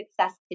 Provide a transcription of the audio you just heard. success